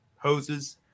hoses